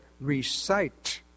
recite